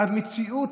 המציאות,